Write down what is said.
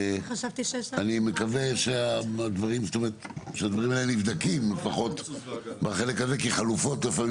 אני מקווה שהדברים האלה נבדקים כי חלופות לפעמים